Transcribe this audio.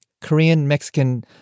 Korean-Mexican